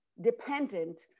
dependent